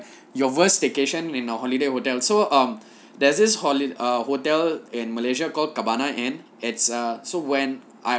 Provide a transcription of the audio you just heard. your worst staycation in a holiday hotel so um there's this holiday err hotel in malaysia called cabana inn it's err so when I